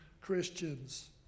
Christians